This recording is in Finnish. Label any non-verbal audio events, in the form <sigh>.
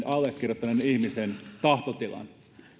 <unintelligible> allekirjoittaneen ihmisen tahtotilan